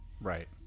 right